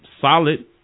solid